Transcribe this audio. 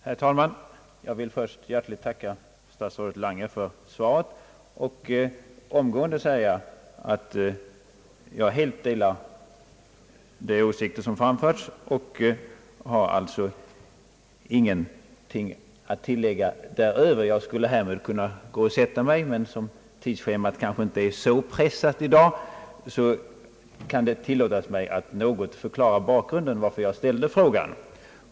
Herr talman! Jag vill först hjärtligt tacka statsrådet Lange för svaret och omgående säga, att jag helt delar de åsikter som framförts av honom och att jag inte har något att tillägga därutöver. Jag skulle härmed kunna gå och sätta mig, men som tidsschemat kanske inte är så pressat i dag kan det tillåtas mig att något förklara bakgrunden till min fråga.